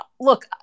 look